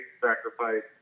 sacrifice